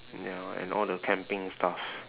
ya and all the camping stuff